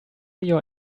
your